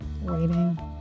Waiting